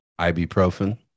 ibuprofen